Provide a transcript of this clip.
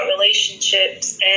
relationships